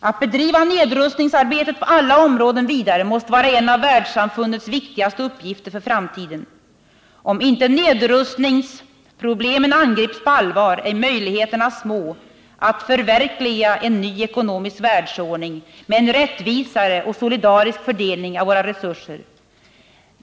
Att föra nedrustningsarbetet på alla områden vidare måste vara en av världssamfundets viktigaste uppgifter för framtiden. Om inte nedrustningsproblemen angrips på allvar, är möjligheterna små att förverkliga en ny ekonomisk världsordning med en rättvisare och solidarisk fördelning av våra resurser.